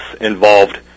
involved